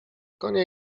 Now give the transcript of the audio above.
konia